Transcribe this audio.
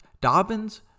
Dobbins